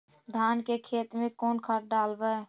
धान के खेत में कौन खाद डालबै?